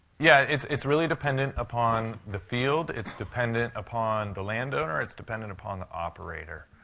yeah. it's it's really dependent upon the field. it's dependent upon the landowner. it's dependent upon the operator.